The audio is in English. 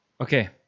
Okay